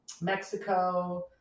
mexico